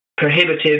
Prohibitive